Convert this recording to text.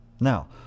Now